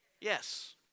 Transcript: Yes